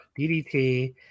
DDT